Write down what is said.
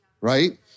right